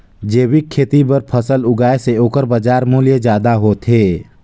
जैविक खेती बर फसल उगाए से ओकर बाजार मूल्य ज्यादा होथे